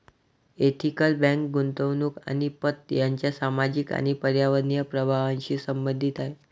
ethical bank गुंतवणूक आणि पत यांच्या सामाजिक आणि पर्यावरणीय प्रभावांशी संबंधित आहे